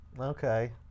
Okay